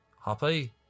happy